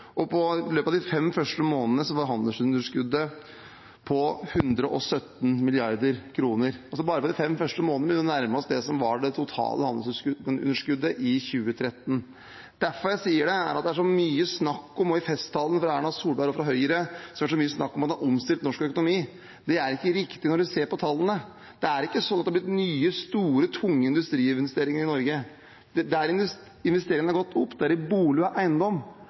og i løpet av de fem første månedene var handelsunderskuddet på 117 mrd. kr. Bare på de fem første månedene begynner vi å nærme oss det som var det totale handelsunderskuddet i 2013. Grunnen til at jeg sier det, er at det er så mye snakk om, også i festtalene til Erna Solberg og Høyre, at de har omstilt norsk økonomi. Det er ikke riktig når man ser på tallene. Det er ikke sånn at det har blitt nye, store, tunge industriinvesteringer i Norge. Der investeringene har gått opp, er i bolig og eiendom,